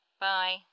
Bye